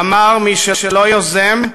ואמר: מי שלא יוזם,